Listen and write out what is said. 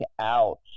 out